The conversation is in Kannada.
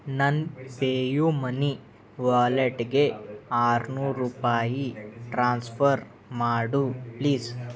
ನನ್ನ ಪೇಯು ಮನಿ ವ್ಯಾಲೆಟ್ಗೆ ಆರುನೂರು ರೂಪಾಯಿ ಟ್ರಾನ್ಸಫರ್ ಮಾಡು ಪ್ಲೀಸ್